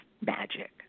magic